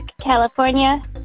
California